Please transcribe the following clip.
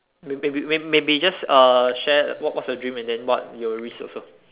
may maybe may maybe just share uh what's what's your dream and then what you will risk also